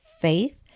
faith